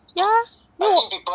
yeah no